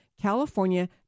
California